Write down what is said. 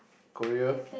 Korea